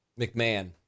McMahon